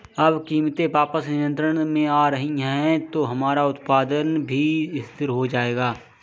अब कीमतें वापस नियंत्रण में आ रही हैं तो हमारा उत्पादन भी स्थिर हो जाएगा